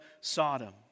Sodom